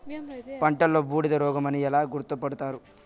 పంటలో బూడిద రోగమని ఎలా గుర్తుపడతారు?